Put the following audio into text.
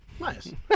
Nice